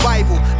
Bible